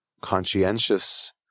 conscientious